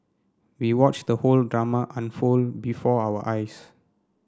we watched the whole drama unfold before our eyes